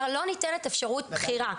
לא ניתנת אפשרות בחירה.